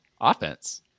Offense